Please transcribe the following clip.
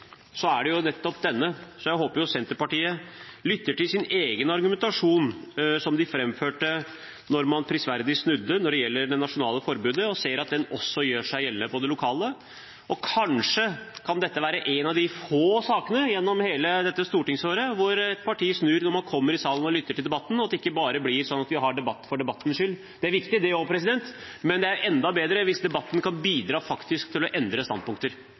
så er det nettopp denne. Jeg håper Senterpartiet lytter til sin egen argumentasjon, som de framførte da de prisverdig snudde i saken om det nasjonale forbudet, og ser at den også gjør seg gjeldende på det lokale. Kanskje kan dette være en av de få sakene gjennom hele dette stortingsåret hvor et parti snur etter å ha kommet i salen og lyttet til debatten, at det ikke bare blir sånn at vi har debatt for debattens skyld. Det er viktig det også, men det er enda bedre hvis debatten faktisk kan bidra til å endre standpunkter.